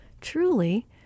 truly